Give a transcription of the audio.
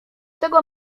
tego